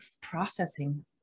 processing